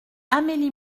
amélie